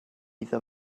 iddo